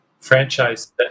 franchise